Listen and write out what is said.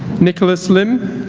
nicholas lim